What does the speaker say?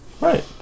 right